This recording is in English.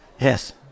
Yes